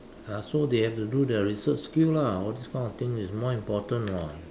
!huh! so they have to do the research skill lah all this kind of thing is more important [what]